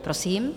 Prosím.